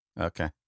Okay